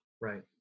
right